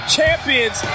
champions